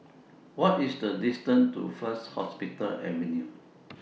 What IS The distance to First Hospital Avenue